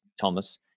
Thomas